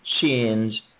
change